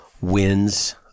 wins